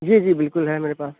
جی جی بالکل ہے میرے پاس